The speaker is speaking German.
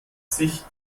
sich